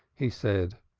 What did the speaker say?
he said.